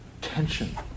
tension